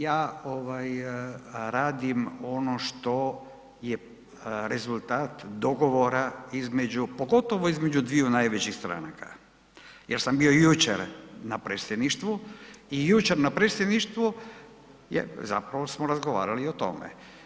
Ja ovaj radim ono što je rezultat dogovora između, pogotovo između dviju najvećih stranaka jer sam bio jučer na predsjedništvu i jučer na predsjedništvu je, zapravo smo razgovarali i o tome.